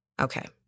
okay